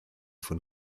von